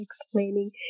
explaining